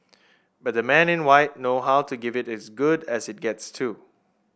but the men in white know how to give it is good as it gets too